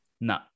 No